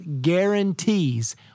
guarantees